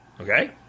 Okay